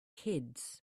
kids